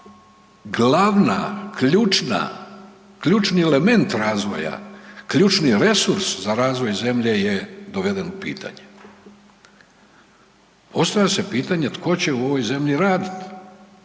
glavna ključna, ključni element razvoja, ključni resurs za razvoj zemlje je doveden u pitanje. Postavlja se pitanje tko će u ovoj zemlji radit?